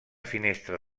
finestra